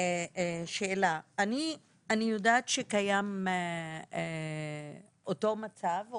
אני יודעת שקיים אותו מצב,